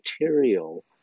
material